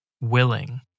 willing